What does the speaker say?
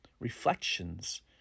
reflections